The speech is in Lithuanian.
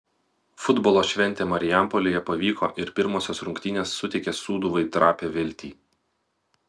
futbolo šventė marijampolėje pavyko ir pirmosios rungtynės suteikia sūduvai trapią viltį